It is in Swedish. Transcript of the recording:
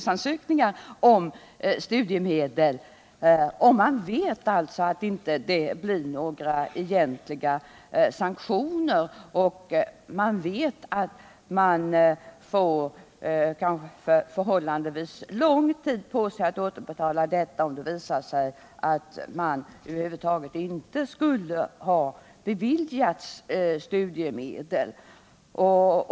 Sådana skulle kanske kunna förekomma om man vet att det inte blir några egentliga sanktioner och att man kan få förhållandevis lång tid på sig för att återbetala förskotten, även om det visat sig att man över huvud taget inte skulle ha beviljats studiemedel.